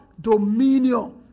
dominion